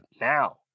now